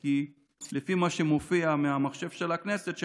כי לפי מה שמופיע במחשב של הכנסת,